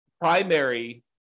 primary